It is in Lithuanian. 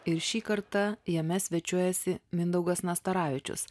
ir šį kartą jame svečiuojasi mindaugas nastaravičius